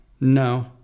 No